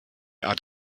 art